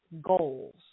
goals